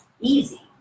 easy